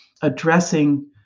addressing